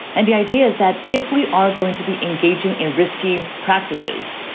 and the idea is that if we are going to be engaging in risky practices,